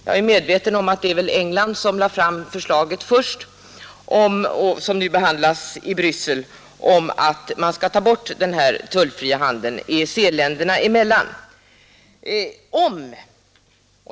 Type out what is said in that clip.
Jag är medveten om att ett förslag om att man skall ta bort den här tullfria handeln EEC-länderna emellan nu behandlas i Bryssel och jag tror att det var England som först lade fram det.